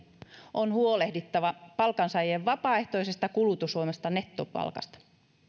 on huolehdittava palkansaajien vapaaehtoisesta kulutuksesta omasta nettopalkasta